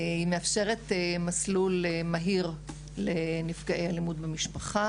והיא מאפשרת מסלול מהיר לנפגעי אלימות במשפחה